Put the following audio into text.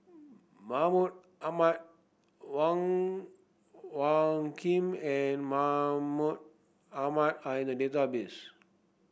Mahmud Ahmad Wong Hung Khim and Mahmud Ahmad are in the database